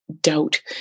doubt